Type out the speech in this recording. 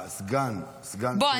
יש מחלקת הוצאה לפועל והסגן -- בוא,